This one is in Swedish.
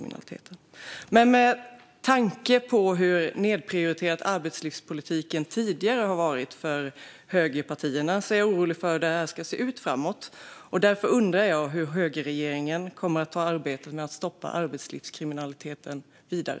Med tanke på hur nedprioriterad arbetslivspolitiken tidigare har varit hos högerpartierna är jag orolig för hur detta kommer att se ut framöver. Därför undrar jag hur högerregeringen kommer att ta arbetet med att stoppa arbetslivskriminaliteten vidare.